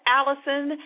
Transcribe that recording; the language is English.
Allison